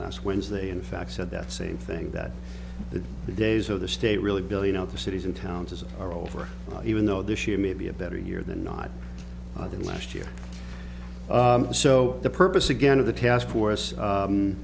last wednesday in fact said that same thing that the days of the state really billion other cities and towns as are over even though this year may be a better year than not than last year so the purpose again of the task force